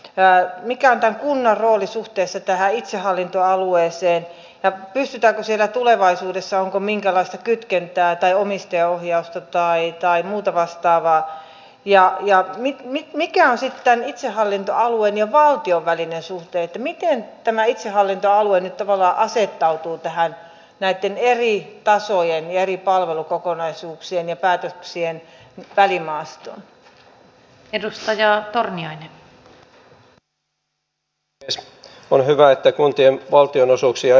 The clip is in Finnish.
ja mikä kunnan rooli suhteessa tähän itsehallintoalueeseen ja kysyntää sillä tulevaisuudessa minkäänlaista sellaisessa ajassa missä esimerkiksi viime viikolla sovittu pariisin ilmastonsopimus tähtää siihen että siirtyisimme myös liikenteessä pitkällä aikavälillä täysin hiilineutraaleihin vaihtoehtoihin nyt todella asettautuu tähän nettiin eri tasojen sitten niitä hiilineutraaleja vaihtoehtoja mitä meillä on hyvä että kuntien valtionosuuksia